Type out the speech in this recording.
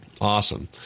awesome